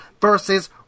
versus